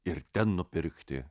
ir ten nupirkti